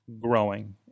growing